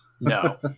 No